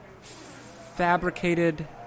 Fabricated